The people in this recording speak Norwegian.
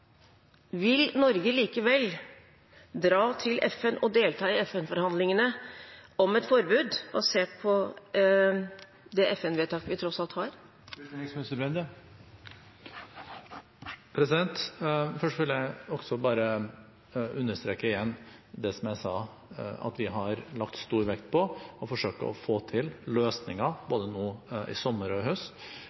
vil Norge likevel dra til FN og delta i FN-forhandlingene om et forbud basert på det FN-vedtaket vi tross alt har? Først vil jeg understreke igjen det jeg sa, at vi har lagt stor vekt på å forsøke å få til løsninger både nå i sommer og i høst